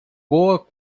boa